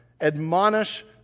Admonish